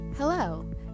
Hello